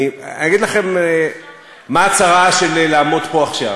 אני אגיד לכם מה הצרה של לעמוד פה עכשיו,